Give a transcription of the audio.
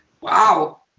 Wow